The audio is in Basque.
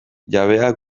jabea